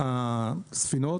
גם מהספינות.